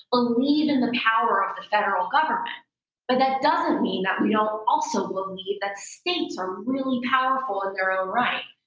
ah in the power of the federal government, but that doesn't mean that we don't also believe that states are really powerful in their own right.